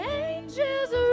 angels